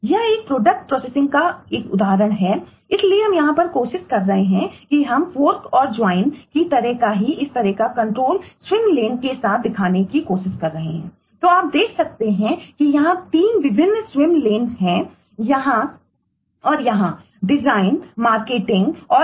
यह एक प्रोडक्ट प्रोसेसिंगहै